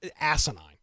asinine